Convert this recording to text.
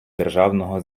державного